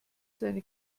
seine